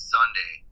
Sunday